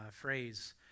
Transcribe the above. phrase